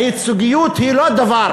הייצוגיות היא לא דברים